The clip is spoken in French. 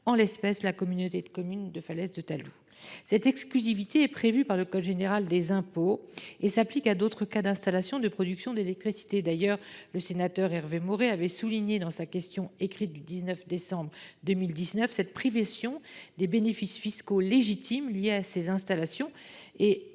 en l’espèce la communauté de communes de Falaises du Talou. Cette exclusivité est prévue par le code général des impôts et s’applique à d’autres cas d’installation de production d’électricité. Le sénateur Hervé Maurey l’a déjà souligné dans sa question écrite du 19 décembre 2019 : cette privation des bénéfices fiscaux légitimes liés à ces installations est